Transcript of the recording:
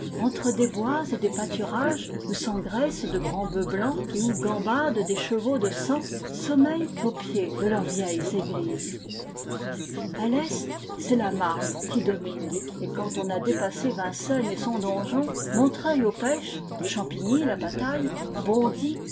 entre des bois et des pâturages où s'engraissent de grands bœufs blancs et où gambadent des chevaux de sang sommeillent au pied de leurs vieilles églises a l'est c'est la marne qui domine et quand on a dépassé vincennes et son donjon montreuil aux pêches champigny la bataille bondy